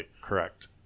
Correct